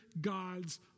God's